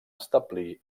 establir